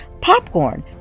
popcorn